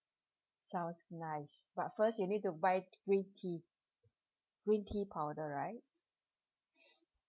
sounds nice but first you need to buy t~ green tea green tea powder right